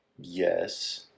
Yes